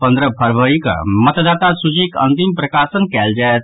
पन्द्रह फरवरी कऽ मतदाता सूचीक अंतिम प्रकाशन कयल जायत